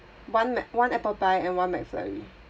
one mc~ one apple pie and one mcflurry